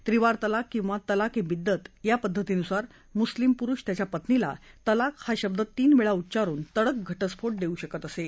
त्रिवार तलाक किंवा तलाक ए बिद्दत या पद्धतीनुसार मुस्लिम पुरुष त्याच्या पत्नीला तलाक हा शब्द तीन वेळा उच्चारून तडक घटस्फोट देऊ शकत असे